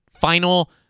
final